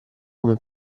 come